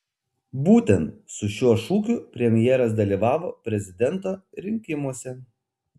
būtent su šiuo šūkiu premjeras dalyvavo prezidento rinkimuose